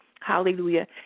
Hallelujah